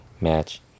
match